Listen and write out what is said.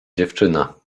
dziewczyna